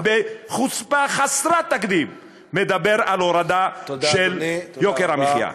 ובחוצפה חסרת תקדים מדבר על הורדה של יוקר המחיה.